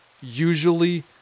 usually